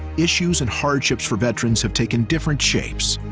issues and hardships for veterans have taken different shapes.